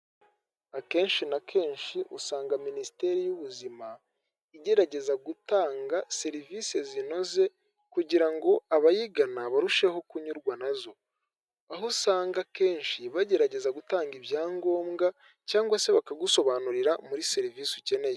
Akenshi na kenshi usanga minisiteri y'ubuzima igerageza gutanga serivisi zinoze kugira ngo abayigana barusheho kunyurwa nazo, aho usanga akenshi bagerageza gutanga ibyangombwa cyangwa se bakagusobanurira muri serivisi ukeneye.